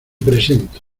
presento